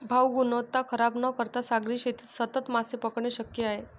भाऊ, गुणवत्ता खराब न करता सागरी शेतीत सतत मासे पकडणे शक्य आहे